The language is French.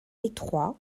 étroit